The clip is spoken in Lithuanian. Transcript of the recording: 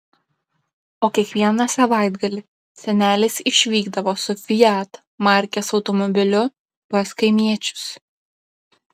o kiekvieną savaitgalį senelis išvykdavo su fiat markės automobiliu pas kaimiečius